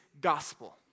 gospel